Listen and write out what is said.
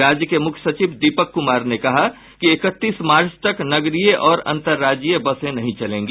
राज्य के मुख्य सचिव दीपक कुमार ने कहा कि इकतीस मार्च तक नगरीय और अंतर्राज्यीय बसें नहीं चलेंगी